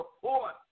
support